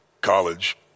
college